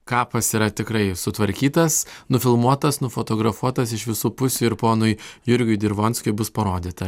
kapas yra tikrai sutvarkytas nufilmuotas nufotografuotas iš visų pusių ir ponui jurgiui dirvonskiui bus parodyta